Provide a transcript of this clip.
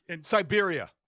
Siberia